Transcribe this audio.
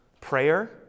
prayer